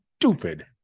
stupid